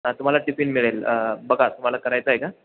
हा तुम्हाला टिफिन मिळेल बघा तुम्हाला करायचा आहे का